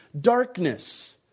darkness